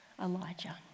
Elijah